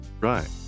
Right